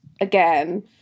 again